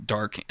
Dark